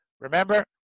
remember